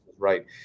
right